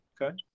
Okay